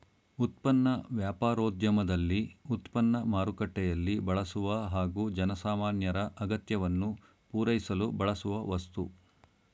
ಉತ್ಪನ್ನ ವ್ಯಾಪಾರೋದ್ಯಮದಲ್ಲಿ ಉತ್ಪನ್ನ ಮಾರುಕಟ್ಟೆಯಲ್ಲಿ ಬಳಸುವ ಹಾಗೂ ಜನಸಾಮಾನ್ಯರ ಅಗತ್ಯವನ್ನು ಪೂರೈಸಲು ಬಳಸುವ ವಸ್ತು